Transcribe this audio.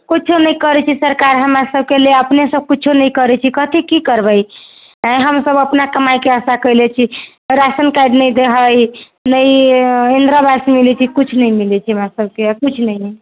किछो नहि करै छै सरकार हमरा सब के लिए अपनो सब कुछो नहि करै छी हम सब अपना कमाई के आशा कैले छी राशन कार्ड नहि दै हइ ने इंदिरा आवास मिलै छै कुछ नहि मिलै छै कुछ नहि